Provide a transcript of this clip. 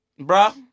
bruh